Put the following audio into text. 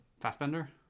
Fassbender